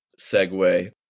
segue